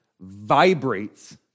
vibrates